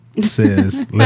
says